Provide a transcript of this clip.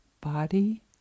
body